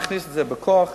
נכניס את זה בכוח,